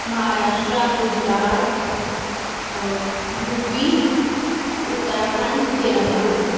Maharashtra Gujarat U P Uttarakhand Telangana